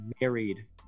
married